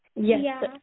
yes